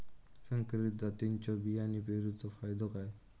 संकरित जातींच्यो बियाणी पेरूचो फायदो काय?